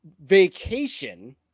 vacation